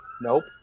Nope